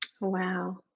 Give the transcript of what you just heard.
Wow